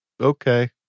Okay